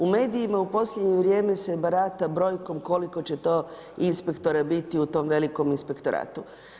U medijima u posljednje vrijeme se barata brojkom koliko to će biti inspektora biti u tom velikom inspektoratu.